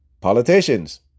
politicians